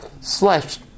Slash